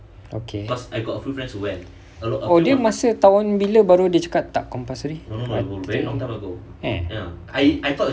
okay oh dia masa tahun bila baru dia cakap tak compulsory eh